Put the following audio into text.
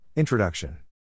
Introduction